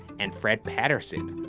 and fred patterson,